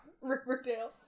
Riverdale